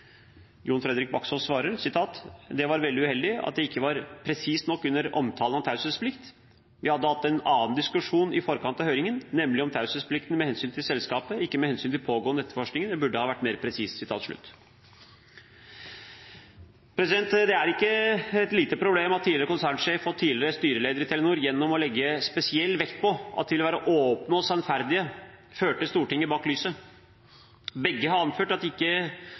Jon Fredrik Baksaas svarer: «Det var uheldig at jeg ikke var presis nok under omtalen av taushetsplikt. Vi hadde hatt en annen diskusjon i forkant av høringen, nemlig om taushetsplikt med hensyn til selskapet, ikke med hensyn til den pågående etterforskningen. Jeg burde ha vært mer presis Det er ikke et lite problem at tidligere konsernsjef og tidligere styreleder i Telenor gjennom å legge spesiell vekt på at de ville være åpne og sannferdige, førte Stortinget bak lyset. Begge har anført at de ikke